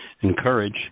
encourage